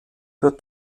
für